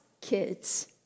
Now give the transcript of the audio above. Kids